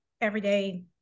everyday